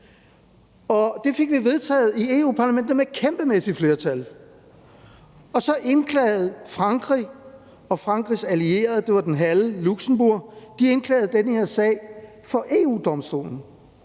Europa-Parlamentet Europaparlamentet med et kæmpemæssigt flertal. Så indklagede Frankrig og Frankrigs allierede, det var »den halve«, altså Luxembourg, den her sag for EU-Domstolen,